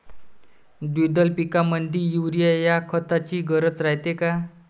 द्विदल पिकामंदी युरीया या खताची गरज रायते का?